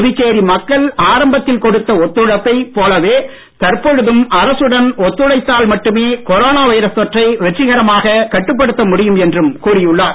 புதுச்சேரி மக்கள் ஆரம்பத்தில் கொடுத்த ஒத்துழைப்பை போலவே தற்பொழுதும் அரசுடன் ஒத்துழைத்தால் மட்டுமே கொரோனா வைரஸ் தொற்றை வெற்றிகரமாக கட்டுப்படுத்த முடியும் என்றும் கூறியுள்ளார்